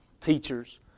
teachers